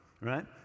Right